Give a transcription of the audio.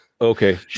Okay